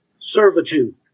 servitude